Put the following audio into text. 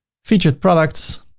featured products.